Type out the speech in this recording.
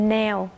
nail